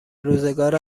روزگار